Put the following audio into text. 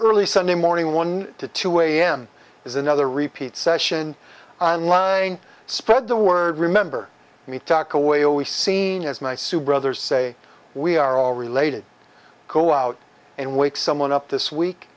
early sunday morning one to two am is another repeat session on line spread the word remember me talk away always see my sue brothers say we are all related go out and wake someone up this week